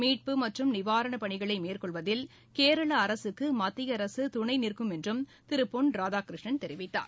மீட்பு மற்றும் நிவாரணப் பணிகளை மேற்கொள்வதில் கேரள அரசுக்கு மத்திய அரசு துணைநிற்கும் என்று திரு பொன் ராதாகிருஷ்ணன் தெரிவித்தார்